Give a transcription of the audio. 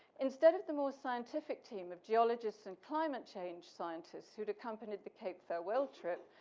instead of the most scientific team of geologists and climate change scientists who had accompanied the cape farewell trip,